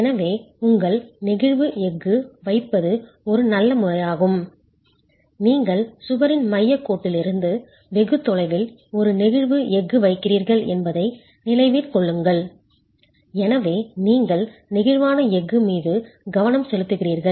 எனவே உங்கள் நெகிழ்வு எஃகு வைப்பது ஒரு நல்ல முறையாகும் நீங்கள் சுவரின் மையக் கோட்டிலிருந்து வெகு தொலைவில் ஒரு நெகிழ்வு எஃகு வைக்கிறீர்கள் என்பதை நினைவில் கொள்ளுங்கள் எனவே நீங்கள் நெகிழ்வான எஃகு மீது கவனம் செலுத்துகிறீர்கள்